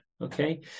Okay